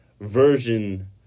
version